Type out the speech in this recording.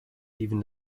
leaving